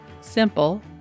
Simple